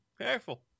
careful